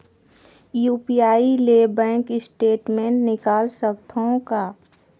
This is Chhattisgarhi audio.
यू.पी.आई ले बैंक स्टेटमेंट निकाल सकत हवं का?